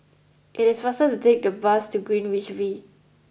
it is faster to take the bus to Greenwich V